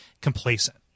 complacent